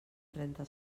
trenta